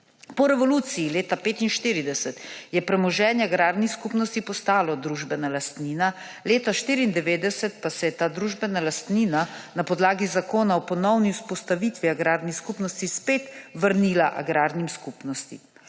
Po revoluciji leta 1945 je premoženje agrarnih skupnosti postalo družbena lastnina, leta 1994 pa se je ta družbena lastnina na podlagi zakona o ponovni vzpostavitvi agrarnih skupnosti spet vrnila agrarnim skupnostim.